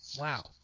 Wow